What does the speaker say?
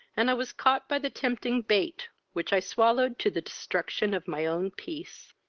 and i was caught by the tempting bait, which i swallowed to the destruction of my own peace.